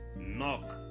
knock